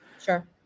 sure